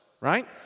right